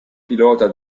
pilota